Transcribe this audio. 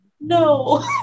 no